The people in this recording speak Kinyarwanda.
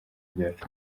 ryacu